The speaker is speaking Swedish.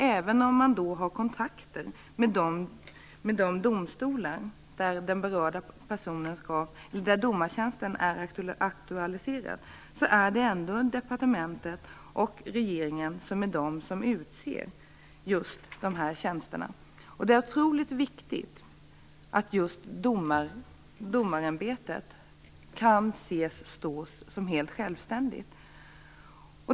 Även om man har kontakt med de domstolar där domartjänsten är aktualiserad är det ändå departement och regering som utser domare till just de här tjänsterna. Det är otroligt viktigt att just domarämbetet kan ses som helt självständigt.